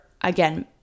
again